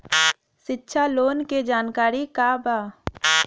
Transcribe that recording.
शिक्षा लोन के जानकारी का बा?